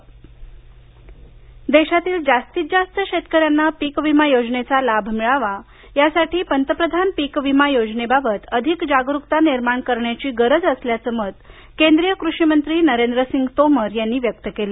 पीक विमा योजना देशातील जास्तीत जास्त शेतकऱ्यांना पीक विमा योजनेचा लाभ मिळावा यासाठी पंतप्रधान पीक विमा योजनेबाबत अधिक जागरूकता निर्माण करण्याची गरज असल्याचं मत केंद्रीय कृषी मंत्री नरेंद्रसिंग तोमर यांनी व्यक्त केलं